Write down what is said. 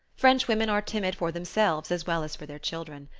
frenchwomen are timid for themselves as well as for their children.